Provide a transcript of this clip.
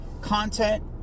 content